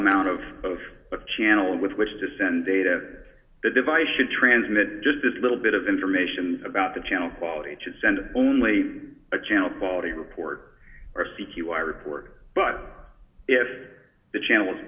amount of channel with which to send data the device should transmit just this little bit of information about the channel quality to send only a channel quality report or c q i report but if the channel